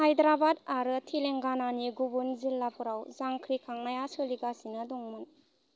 हायद्राबाद आरो तेलेंगानानि गुबुन जिल्लाफोराव जांख्रिखांनाया सोलिगासिनो दंमोन